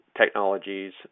technologies